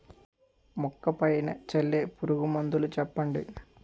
మొక్క పైన చల్లే పురుగు మందులు చెప్పండి?